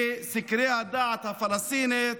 בסקרי דעת הקהל הפלסטינית,